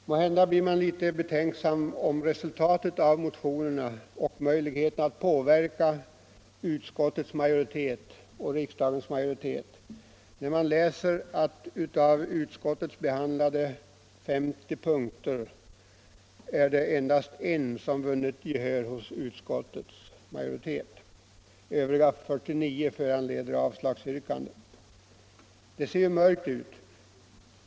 Måhända blir man litet betänksam beträffande resultatet av motionerna och möjligheterna att påverka utskottets och riksdagens majoritet när man läser att bland de av utskottet behandlade 50 punkterna endast en har vunnit gehör hos utskottets majoritet. Övriga 49 föranleder avslagsyrkanden. Det ser mörkt ut.